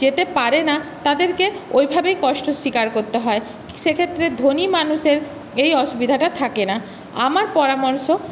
যেতে পারে না তাদেরকে ওইভাবেই কষ্ট স্বীকার করতে হয় সেক্ষেত্রে ধনী মানুষের এই অসুবিধাটা থাকে না আমার পরামর্শ